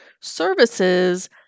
services